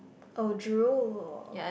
oh drool